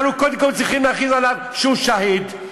אנחנו קודם כול צריכים להכריז עליו שהוא שהיד,